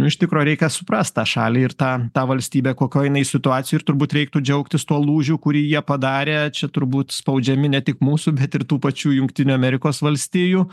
iš tikro reikia suprast tą šalį ir tą tą valstybę kokioj jinai situacijoj ir turbūt reiktų džiaugtis tuo lūžiu kurį jie padarė čia turbūt spaudžiami ne tik mūsų bet ir tų pačių jungtinių amerikos valstijų